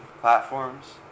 platforms